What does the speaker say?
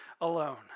alone